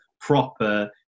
proper